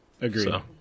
Agreed